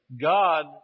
God